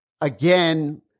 again